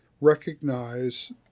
recognize